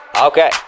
Okay